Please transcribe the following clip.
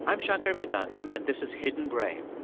i'm shankar vedantam, and this is hidden brain.